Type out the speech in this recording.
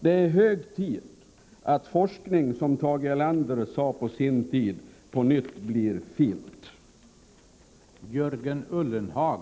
Det är hög tid att forskning, som Tage Erlander sade på sin tid, på nytt blir fint.